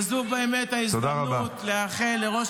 מספיק --- וזו באמת ההזדמנות לאחל לראש